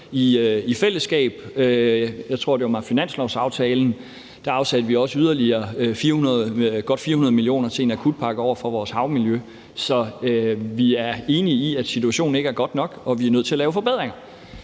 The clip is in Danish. det var i finanslovsaftalen, at vi afsatte yderligere godt 400 mio. kr. til en akutpakke for vores havmiljø. Så vi er enige i, at situationen ikke er god nok, og at vi er nødt til at lave forbedringer.